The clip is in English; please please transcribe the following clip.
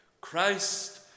Christ